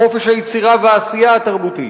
להגנת חופש היצירה והעשייה התרבותית.